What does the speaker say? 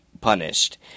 punished